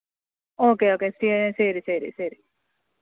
okay okay ശെ ശരി ശരി ശരി